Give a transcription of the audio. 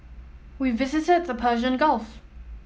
we visited the Persian Gulf